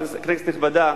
כנסת נכבדה,